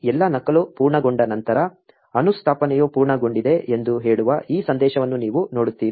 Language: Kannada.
ಎಲ್ಲಾ ನಕಲು ಪೂರ್ಣಗೊಂಡ ನಂತರ ಅನುಸ್ಥಾಪನೆಯು ಪೂರ್ಣಗೊಂಡಿದೆ ಎಂದು ಹೇಳುವ ಈ ಸಂದೇಶವನ್ನು ನೀವು ನೋಡುತ್ತೀರಿ